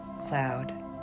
cloud